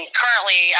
currently